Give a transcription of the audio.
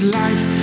life